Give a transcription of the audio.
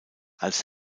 als